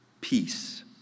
peace